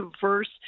diverse